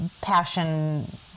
passion